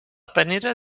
panera